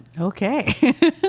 okay